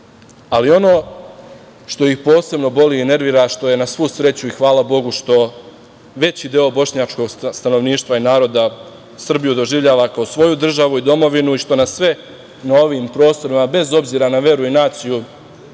Kosovu. Ono što ih posebno boli i nervira što je na svu sreću i hvala Bogu što veći deo bošnjačkog stanovništva i naroda Srbiju doživljava kao svoju državu i domovinu i što nas sve na ovim prostorima, bez obzira na veru i naciju,